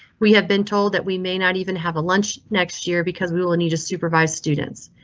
we have been told that we may not even have a lunch next year because we will need to supervise students.